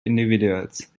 individuals